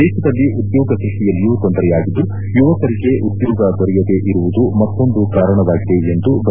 ದೇಶದಲ್ಲಿ ಉದ್ಯೋಗ ಸೃಷ್ಷಿಯಲ್ಲಿಯೂ ತೊಂದರೆಯಾಗಿದ್ದು ಯುವಕರಿಗೆ ಉದ್ಯೋಗ ದೊರೆಯದೇ ಇರುವುದು ಮತ್ತೊಂದು ಕಾರಣವಾಗಿದೆ ಎಂದು ಡಾ